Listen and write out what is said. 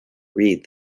read